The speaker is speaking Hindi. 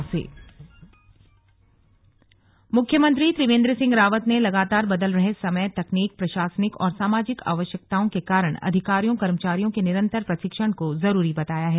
स्लग बैठक देहरादून मुख्यमंत्री त्रिवेन्द्र सिंह रावत ने लगातार बदल रहे समय तकनीक प्रशासनिक और सामाजिक आवश्यकताओं के कारण अधिकारियों कर्मचारियों के निरंतर प्रशिक्षण को जरूरी बताया है